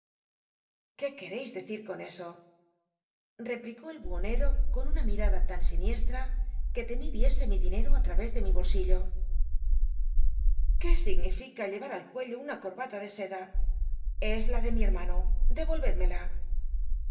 qu fuereis decir con eso replicó el buhonero con una mirada tan siniestra que temí viese mi dinero á través de mi bolsillo qué significa llevar al cuello una corbata de seda es la de mi herman